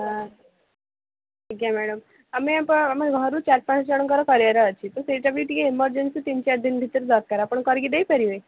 ଠିକ୍ ହେ ମ୍ୟାଡ଼ାମ୍ ଆମେ ଆମେ ଘରୁ ଚାରି ପାଞ୍ଚ ଜଣଙ୍କର କରିବାର ଅଛି ତ ସେଇଟା ବି ଟିକେ ଏମର୍ଜେନ୍ସି ତିନି ଚାରି ଦିନ ଭିତରେ ଦରକାର ଆପଣ କରିକି ଦେଇ ପାରିବେ